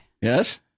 yes